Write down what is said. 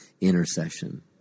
intercession